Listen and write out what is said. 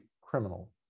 criminal